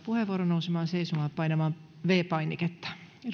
puheenvuoron nousemaan seisomaan ja painamaan viides painiketta arvoisa